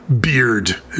Beard